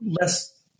less